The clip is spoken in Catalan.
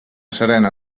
serena